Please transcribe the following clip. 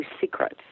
secrets